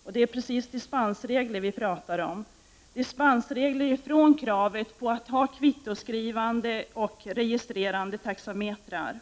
Vad vi talar om är ju just frågan om dispens från kravet på kvittoskrivande och registrerande taxametrar.